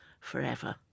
forever